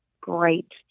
great